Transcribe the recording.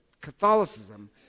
Catholicism